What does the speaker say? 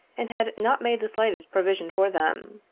and had not made the slightest provision for them.